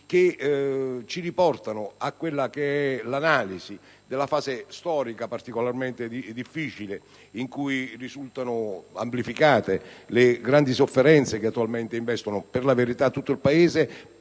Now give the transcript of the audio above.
che ci riportano all'analisi della fase storica particolarmente difficile, in cui risultano amplificate le grandi sofferenze che attualmente investono per la verità tutto il Paese,